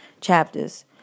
chapters